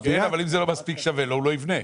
אבל אם זה לא מספיק שווה לו, הוא לא יבנה.